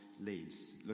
leads